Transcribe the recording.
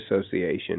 Association